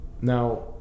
now